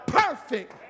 perfect